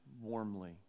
warmly